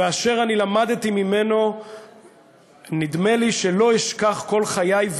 ואת אשר אני למדתי ממנו נדמה לי שלא אשכח כל חיי,